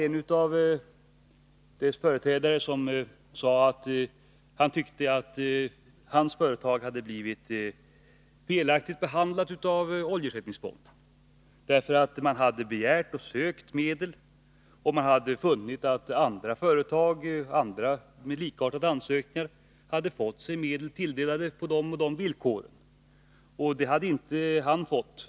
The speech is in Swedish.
En av dess företrädare sade då, att han tyckte att hans företag hade blivit njuggt behandlat av oljeersättningsfonden när man hade ansökt om medel. Han hade funnit att andra företag med likartade ansökningar hade fått sig medel tilldelade på mera fördelaktiga villkor.